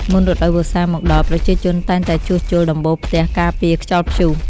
មុនរដូវវស្សាមកដល់ ប្រជាជនតែងតែជួសជុលដំបូលផ្ទះការពារខ្យល់ព្យុះ។